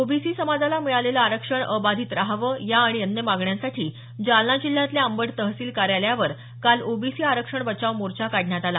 OBC समाजाला मिळालेलं आरक्षण अबाधित राहावं या आणि अन्य मागण्यांसाठी जालना जिल्ह्यातल्या अंबड तहसील कार्यालयावर काल ओबीसी आरक्षण बचाव मोर्चा काढण्यात आला